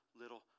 little